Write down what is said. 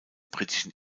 britischen